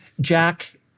Jack